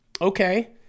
okay